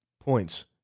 points